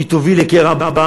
היא תוביל לקרע בעם.